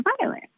violent